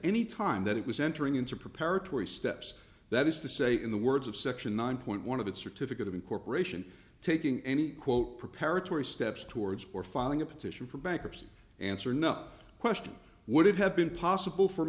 any time that it was entering into preparatory steps that is to say in the words of section nine point one of the certificate of incorporation taking any quote preparatory steps towards or filing a petition for bankruptcy answer no question would it have been possible f